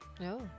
No